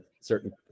certain